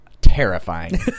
Terrifying